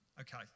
Okay